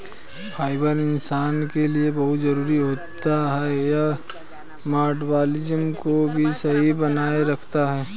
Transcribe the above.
fibre इंसान के लिए बहुत जरूरी होता है यह मटबॉलिज़्म को भी सही बनाए रखता है